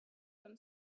them